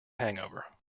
hangover